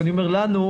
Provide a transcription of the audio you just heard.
ואני אומר 'לנו',